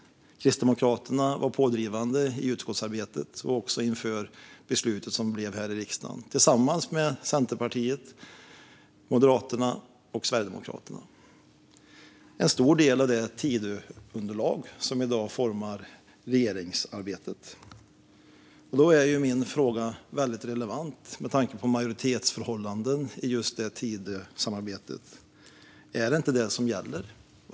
Kristdemokraterna var tillsammans med Centerpartiet, Moderaterna och Sverigedemokraterna pådrivande i utskottsarbetet och kammarens beslut. Kristdemokraterna, Moderaterna och Sverigedemokraterna utgör i dag majoriteten i Tidöunderlaget, och med tanke på det borde tillkännagivandet gälla.